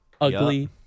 Ugly